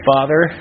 Father